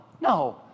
no